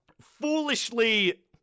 foolishly